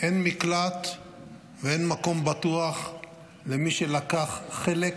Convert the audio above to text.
אין מקלט ואין מקום בטוח למי שלקח חלק